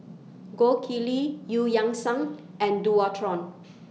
Gold Kili EU Yang Sang and Dualtron